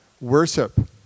worship